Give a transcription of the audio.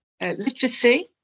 literacy